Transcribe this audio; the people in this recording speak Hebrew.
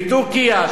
בטורקיה,